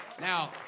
Now